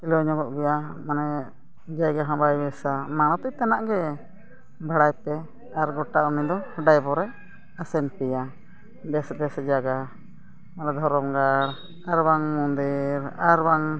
ᱦᱤᱞᱟᱹᱣ ᱧᱚᱜᱚ ᱜᱮᱭᱟ ᱢᱟᱱᱮ ᱡᱟᱭᱜᱟ ᱦᱚᱸ ᱵᱟᱭ ᱵᱮᱥᱟ ᱢᱟᱹᱨᱚᱛᱤ ᱛᱮᱱᱟᱜ ᱜᱮ ᱵᱷᱟᱲᱟᱭ ᱯᱮ ᱟᱨ ᱜᱚᱴᱟ ᱩᱱᱤ ᱫᱚ ᱰᱟᱭᱵᱷᱚᱨᱮ ᱟᱥᱮᱱ ᱯᱮᱭᱟ ᱵᱮᱥ ᱵᱮᱥ ᱡᱟᱭᱜᱟ ᱢᱟᱱᱮ ᱫᱷᱚᱨᱚᱢ ᱜᱟᱲ ᱟᱨᱵᱟᱝ ᱢᱚᱱᱫᱤᱨ ᱟᱨᱵᱟᱝ